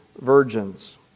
virgins